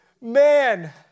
Man